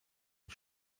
und